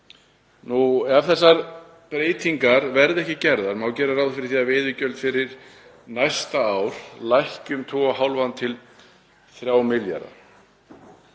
Ef þessar breytingar verða ekki gerðar má gera ráð fyrir því að veiðigjöld fyrir næsta ár lækki um 2,5–3 milljarða.